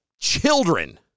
children